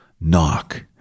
knock